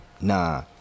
nah